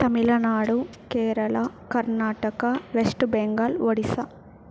Tamil Nadu Kerala Karnataka west Bengal Odisha